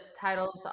titles